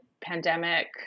pandemic